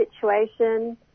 situation